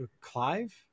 clive